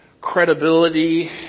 credibility